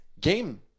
game